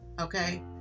Okay